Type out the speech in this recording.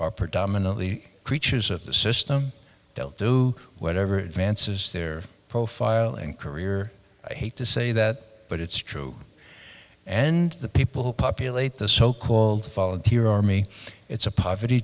predominantly creatures of the system they'll do whatever it man says they're profiling career i hate to say that but it's true and the people who populate the so called volunteer army it's a poverty